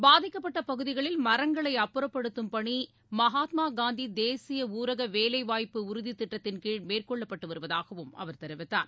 பாதிக்கப்பட்டபகுதிகளில் மரங்களைஅப்புறப்படுத்தும் பணிமகாத்மாகாந்திதேசியஊரகவேலைவாய்ப்பு உறுதிதிட்டத்தின் கீழ் மேற்கொள்ளப்பட்டுவருவதாகவும் அவர் தெரிவித்தார்